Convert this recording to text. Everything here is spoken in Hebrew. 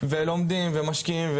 ולומדים ומשקיעים,